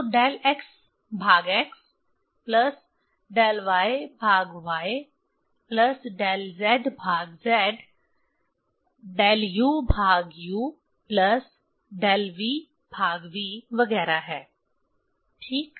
तो del x भाग x plus del y भाग y प्लस डेल z भाग z डेल u भाग u प्लस डेल v भाग v वगैरह है ठीक